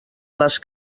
les